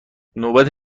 نوبت